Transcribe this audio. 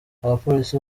abapolisi